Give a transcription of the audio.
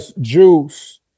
juice